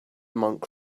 monk